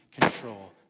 control